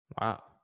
Wow